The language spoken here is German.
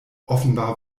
offenbar